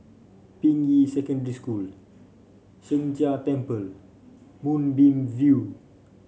Ping Yi Secondary School Sheng Jia Temple Moonbeam View